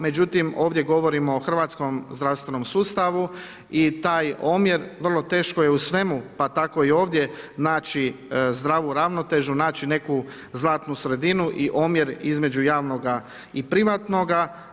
Međutim, ovdje govorimo o hrvatskom zdravstvenom sustavu i taj omjer vrlo teško je u svemu, pa tako i ovdje naći zdravu ravnotežu, naći neku zlatnu sredinu i omjer između javnoga i privatnoga.